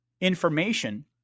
information